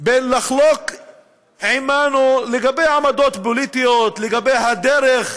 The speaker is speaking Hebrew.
בין לחלוק עלינו לגבי עמדות פוליטיות, לגבי הדרך,